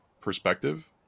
perspective